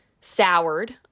soured